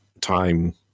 time